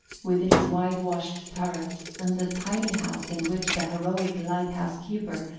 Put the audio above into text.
with its white-washed turret and the tiny house in which the heroic light-house keeper,